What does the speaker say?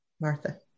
Martha